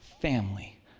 family